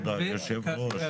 כבוד היושב-ראש,